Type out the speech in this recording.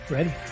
Ready